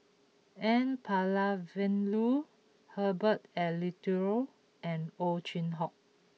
N Palanivelu Herbert Eleuterio and Ow Chin Hock